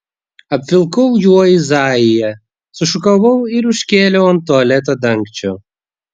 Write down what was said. apvilkau juo izaiją sušukavau ir užkėliau ant tualeto dangčio